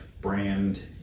brand